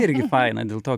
irgi faina dėl to